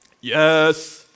Yes